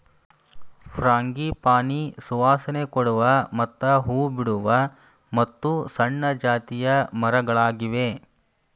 frangipani ಸುವಾಸನೆ ಕೊಡುವ ಮತ್ತ ಹೂ ಬಿಡುವ ಮತ್ತು ಸಣ್ಣ ಜಾತಿಯ ಮರಗಳಾಗಿವೆ